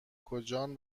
کجان